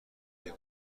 دلیل